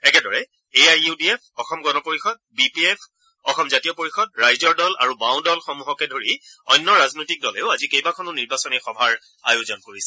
A I U D F Asom Gana Parishad B P F Asom Jatiya Parishad ৰাইজৰ দল আৰু বাওদলসমূহকে ধৰি অন্য ৰাজনৈতিক দলেও আজি কেইবাখনো নিৰ্বাচনী সভাৰ আয়োজন কৰিছে